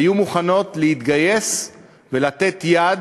היו מוכנות להתגייס ולתת יד,